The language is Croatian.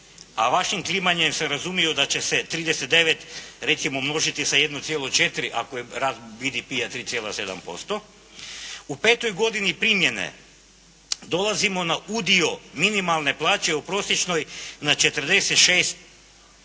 a vašim klimanjem sam razumio da će se 39. recimo množiti sa 1.4 ako je rast BDP-a 3,7%. U petoj godini primjene dolazimo na udio minimalne plaće u prosječnoj na 46.2%